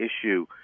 issue